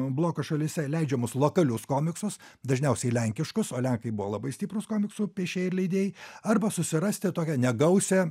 bloko šalyse leidžiamus lokalius komiksus dažniausiai lenkiškus o lenkai buvo labai stiprūs komiksų piešėjai ir leidėjai arba susirasti tokią negausią